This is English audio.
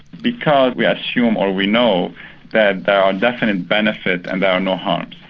because we assume or we know that there are definite benefits and there are no harms.